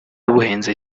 buhenze